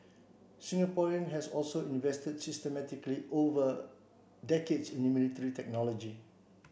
Singapore has also invested systematically over decades in military technology